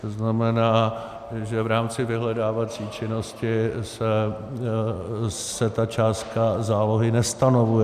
To znamená, že v rámci vyhledávací činnosti se ta částka zálohy nestanovuje.